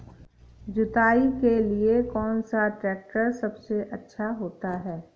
जुताई के लिए कौन सा ट्रैक्टर सबसे अच्छा होता है?